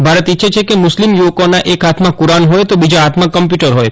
ભારત ઇચ્છે છે કે મુસ્લિમ યુવકોના એક હાથમાં કુરાન હોય તો બીજા હાથમાં કમ્પ્યુટર હોય